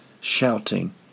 Shouting